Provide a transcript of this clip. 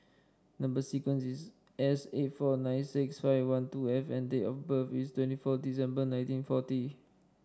number sequence is S eight four nine six five one two F and date of birth is twenty four December nineteen forty